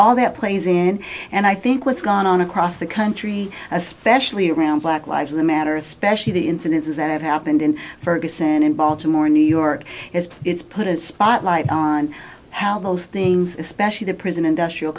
all that plays in and i think what's gone on across the country especially around black lives in the matter especially the incidences that have happened in ferguson in baltimore new york is it's put a spotlight on how those things especially the prison industrial